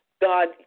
God